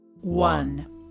One